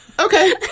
Okay